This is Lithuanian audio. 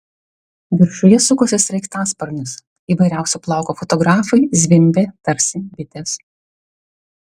viršuje sukosi sraigtasparnis įvairiausio plauko fotografai zvimbė tarsi bitės